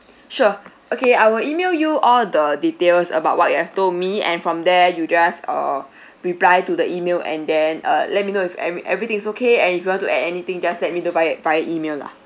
sure okay I will E-mail you all the details about what you have told me and from there you just err reply to the E-mail and then uh let me know if ever~ everything's okay and if you want to add anything just let me know via via E-mail lah